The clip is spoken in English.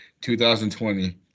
2020